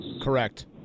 Correct